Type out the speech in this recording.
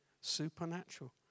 supernatural